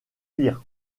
peer